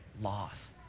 loss